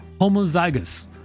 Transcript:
homozygous